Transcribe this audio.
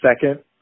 second